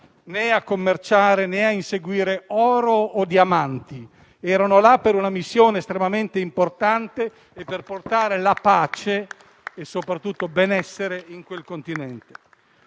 per commerciare o per inseguire oro o diamanti; erano là per una missione estremamente importante, per portare la pace e soprattutto il benessere in quel continente.